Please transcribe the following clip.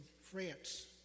France